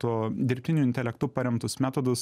to dirbtiniu intelektu paremtus metodus